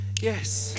yes